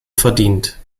verdient